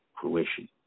fruition